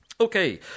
Okay